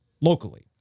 locally